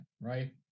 right